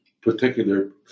particular